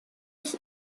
ich